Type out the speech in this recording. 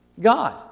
God